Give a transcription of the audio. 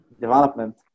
development